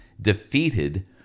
defeated